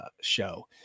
show